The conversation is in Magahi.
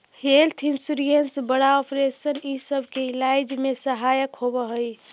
हेल्थ इंश्योरेंस बड़ा ऑपरेशन इ सब इलाज में सहायक होवऽ हई